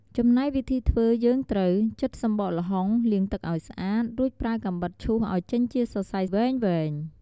ចំណែកវិធីធ្វើយើងត្រូវ ចិតសម្បកល្ហុង លាងទឹកឲ្យស្អាត រួចប្រើកាំបិតឈូសឲ្យចេញជាសរសៃវែងៗ។